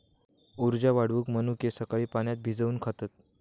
उर्जा वाढवूक मनुके सकाळी पाण्यात भिजवून खातत